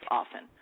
often